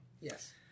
Yes